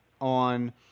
on